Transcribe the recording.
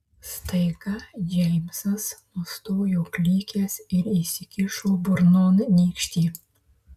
staiga džeimsas nustojo klykęs ir įsikišo burnon nykštį